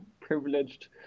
privileged